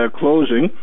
closing